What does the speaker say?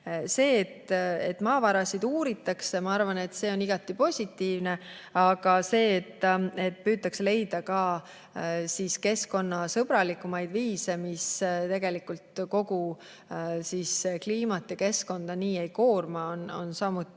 See, et maavarasid uuritakse, on minu arvates igati positiivne, aga see, et püütakse leida ka keskkonnasõbralikumaid viise, mis tegelikult kliimat ja keskkonda nii ei koorma, on samuti